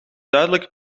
zuidelijke